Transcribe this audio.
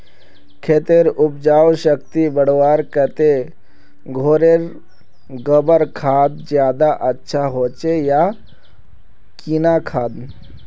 खेतेर उपजाऊ शक्ति बढ़वार केते घोरेर गबर खाद ज्यादा अच्छा होचे या किना खाद?